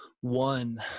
One